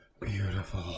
beautiful